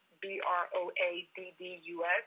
B-R-O-A-D-D-U-S